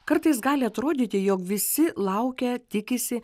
kartais gali atrodyti jog visi laukia tikisi